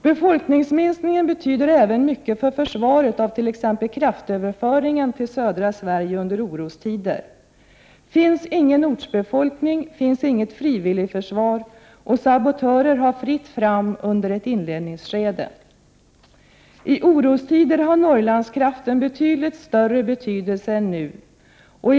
Befolkningsminskningen betyder även mycket för försvaret av t.ex. kraftöverföringen till södra Sverige under orostider. Om det inte finns någon ortsbefolkning och inget frivilligförsvar har sabotörer fritt fram under ett inledningsskede. I orostider får Norrlandskraften betydligt större betydelse än nu.